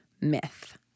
myth